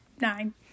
nine